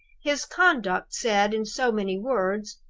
his conduct said in so many words,